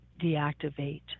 Deactivate